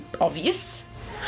obvious